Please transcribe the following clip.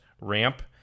ramp